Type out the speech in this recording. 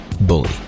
Bully